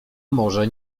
może